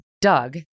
Doug